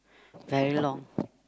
very long